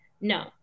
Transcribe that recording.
No